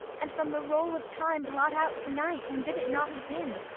and from the roll of time blot out to-night, and bid it not have been!